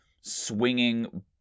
swinging